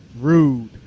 Rude